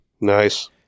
Nice